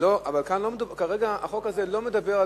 כרגע החוק הזה מדבר,